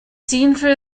scene